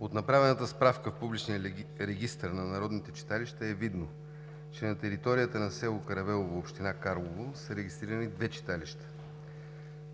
От направената справка в публичния Регистър на народните читалища е видно, че на територията на село Каравелово, община Карлово, са регистрирани две читалища: